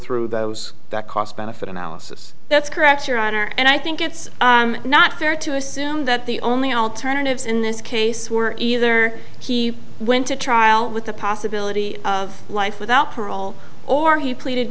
through those that cost benefit analysis that's correct your honor and i think it's not fair to assume that the only alternatives in this case were either he went to trial with the possibility of life without parole or he pleaded